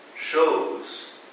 shows